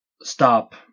stop